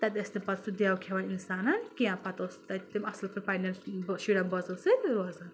تَتہِ ٲسۍ تِم پَتہٕ سُہ دیو کھؠون اِنسانَن کینٛہہ پَتہٕ اوس تَتہِ تِم اَصٕل پٲٹھۍ پَننؠن شُرؠن بٲژو سۭتۍ روزان